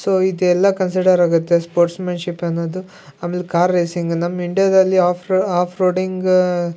so ಇದೆಲ್ಲ ಕನ್ಸಿಡರಾಗತ್ತೆ sportsmanship ಅನ್ನೋದು ಆಮೇಲೆ ಕಾರ್ ರೇಸಿಂಗ್ ನಮ್ಮ ಇಂಡಿಯಾದಲ್ಲಿ ಓಫ್ ರೊ ಓಫ್ ರೋಡಿಂಗ್